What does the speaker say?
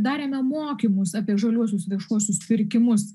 darėme mokymus apie žaliuosius viešuosius pirkimus